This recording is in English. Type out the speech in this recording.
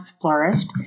flourished